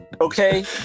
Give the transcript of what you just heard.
Okay